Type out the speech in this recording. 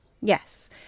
Yes